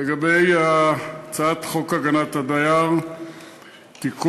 לגבי הצעת חוק הגנת הדייר (תיקון,